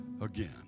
again